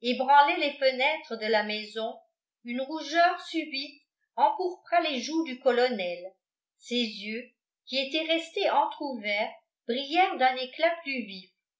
ébranlaient les fenêtres de la maison une rougeur subite empourpra les joues du colonel ses yeux qui étaient restés entr'ouverts brillèrent d'un éclat plus vif